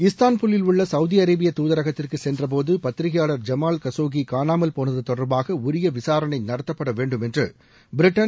இஸ்தான்புல்லில் உள்ள சவுதி அரேபிய தூதரகத்திற்கு சென்றபோது பத்திரிகையாளர் ஜமால் கசோகி காணாமல்போனது தொடர்பாக உரிய விசாரணை நடத்தப்படவேண்டும் என்று பிரிட்டன்